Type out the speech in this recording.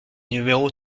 numéro